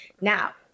Now